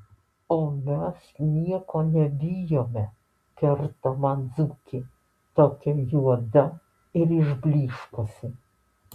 o mes nieko nebijome kerta man dzūkė tokia juoda ir išblyškusi